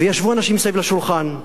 וישבו אנשים מסביב לשולחן,